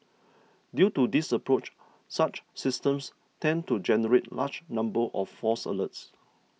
due to this approach such systems tend to generate large numbers of false alerts